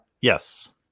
Yes